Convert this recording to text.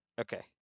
okay